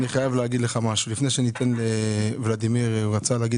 אני חייב להגיד לך משהו לפני שניתן לולדימיר לדבר.